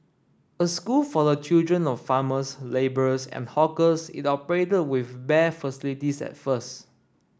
a school for the children of farmers labourers and hawkers it operated with bare facilities at first